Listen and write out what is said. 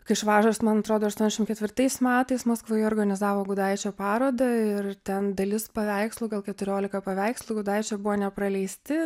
kai švažas man atrodo aštuoniasdešimt ketvirtais metais maskvoj organizavo gudaičio parodą ir ten dalis paveikslų gal keturiolika paveikslų gudaičio buvo nepraleisti